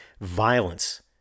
violence